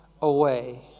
away